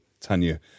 Tanya